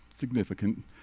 significant